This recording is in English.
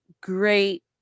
great